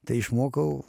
tai išmokau